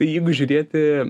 jeigu žiūrėti